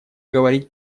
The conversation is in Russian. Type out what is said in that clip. говорить